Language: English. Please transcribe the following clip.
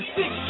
six